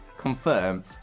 confirm